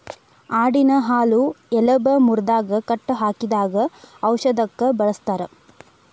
ಆಡಿನ ಹಾಲು ಎಲಬ ಮುರದಾಗ ಕಟ್ಟ ಹಾಕಿದಾಗ ಔಷದಕ್ಕ ಬಳಸ್ತಾರ